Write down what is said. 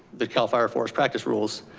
the cal fire forest practice rules.